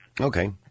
Okay